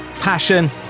passion